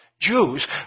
Jews